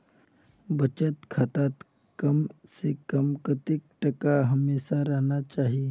बचत खातात कम से कम कतेक टका हमेशा रहना चही?